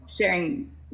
sharing